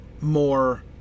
more